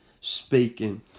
speaking